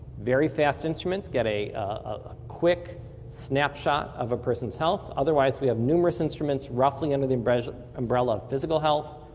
very fast instruments, get a a quick snapshot of a person's health. otherwise we have numerous instruments roughly under the umbrella umbrella of physical health,